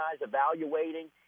evaluating